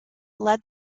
led